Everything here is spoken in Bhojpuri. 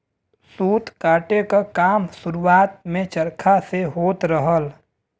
सूत काते क काम शुरुआत में चरखा से होत रहल